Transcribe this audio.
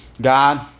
God